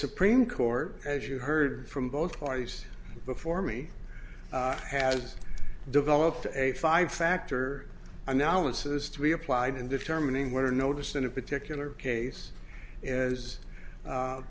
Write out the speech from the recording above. supreme court as you heard from both parties before me has developed a five factor analysis to be applied in determining whether notice in a particular case is